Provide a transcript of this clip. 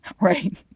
right